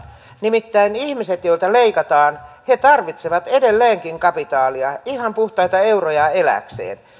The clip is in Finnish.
nimittäin ihmiset joilta leikataan tarvitsevat edelleenkin kapitaalia ihan puhtaita euroja elääkseen